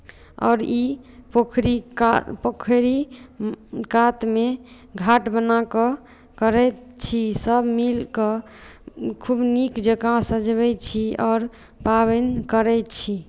आओर ई पोखरी कात पोखरी कातमे घाट बना कऽ करैत छी सभ मिलि कऽ खूब नीक जकाँ सजबैत छी आओर पाबनि करैत छी